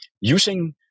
using